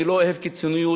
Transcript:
אני לא אוהב קיצוניות,